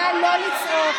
נא לא לצעוק.